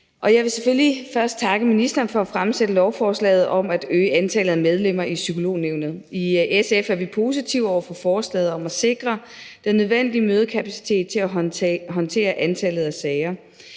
Jeg vil selvfølgelig først takke ministeren for at fremsætte lovforslaget om at øge antallet af medlemmer i Psykolognævnet. I SF er vi positive over for forslaget om at sikre den nødvendige mødekapacitet til at håndtere antallet af sager.